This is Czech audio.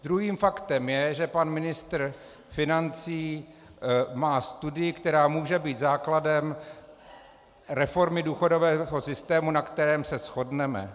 Druhým faktem je, že pan ministr financí má studii, která může být základem reformy důchodového systému, na kterém se shodneme.